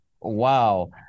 wow